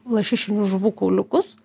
lašišinių žuvų kauliukus